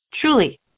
Truly